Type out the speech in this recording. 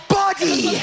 body